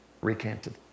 recanted